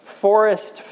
Forest